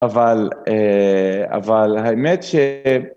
אבל האמת ש...